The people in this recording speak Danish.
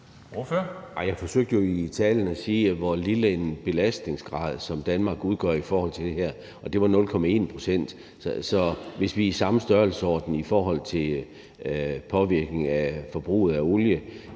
Jeg forsøgte jo i talen at sige, hvor lille en belastningsgrad Danmark udgør i forhold til det her, og det var 0,1 pct. Så hvis der gælder samme størrelsesorden i forhold til påvirkningen af forbruget af olie,